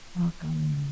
Welcome